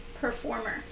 performer